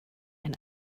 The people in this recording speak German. ein